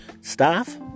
staff